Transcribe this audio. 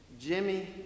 Jimmy